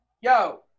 Yo